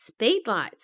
speedlights